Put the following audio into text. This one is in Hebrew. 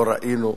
לא ראינו.